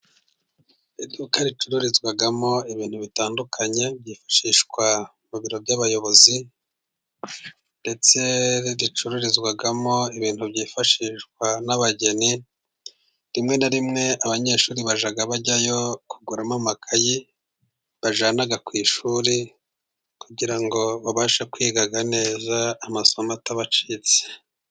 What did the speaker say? Iduka ricururizwamo ibintu bitandukanye byifashishwa mu biro by'abayobozi, ndetse ricururizwamo ibintu byifashishwa n'abageni. Rimwe na rimwe abanyeshuri bajya bajyayo kuguramo amakayi bajyana ku ishuri, kugira ngo babashe kwiga neza, amasomo atabacitse.